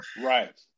right